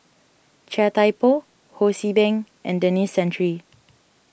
Chia Thye Poh Ho See Beng and Denis Santry